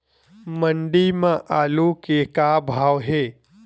मंडी म आलू के का भाव हे?